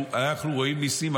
אנחנו רואים ניסים,